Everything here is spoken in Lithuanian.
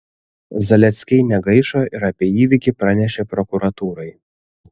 zaleckiai negaišo ir apie įvykį pranešė prokuratūrai